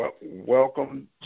welcome